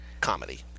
comedy